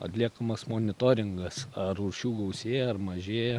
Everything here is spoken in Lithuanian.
atliekamas monitoringas ar rūšių gausėja ar mažėja